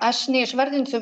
aš neišvardinsiu